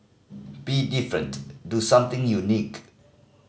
be different do something unique